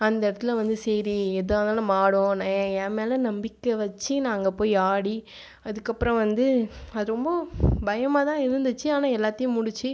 அந்த இடத்துல வந்து சரி எதாக ஆனாலும் நம்ம ஆடுவோம் என் மேல் நம்பிக்கை வச்சு நான் அங்கே போய் ஆடி அதுக்கப்புறம் வந்து அது ரொம்ப பயமாக தான் இருந்துச்சு ஆனால் எல்லாத்தையும் முடிச்சு